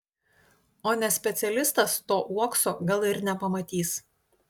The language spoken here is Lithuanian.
o ne specialistas to uokso gal ir nepamatys